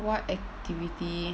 what activity